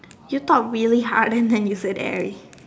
you thought really hard and then you said airy